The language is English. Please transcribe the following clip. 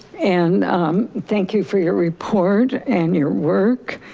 and thank you for your report and your work.